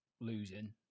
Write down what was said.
losing